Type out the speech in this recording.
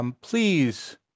please